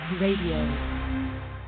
Radio